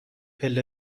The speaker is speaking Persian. پله